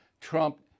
Trump